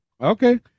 Okay